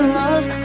love